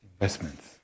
investments